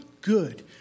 good